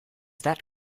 that